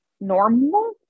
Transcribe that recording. Normal